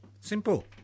Simple